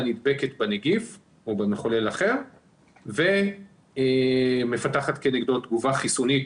נדבקת בנגיף או במחולל אחר ומפתחת כנגדו תגובה חיסונית